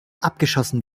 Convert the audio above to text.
abgeschossen